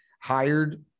hired